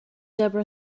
debra